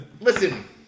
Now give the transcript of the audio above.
Listen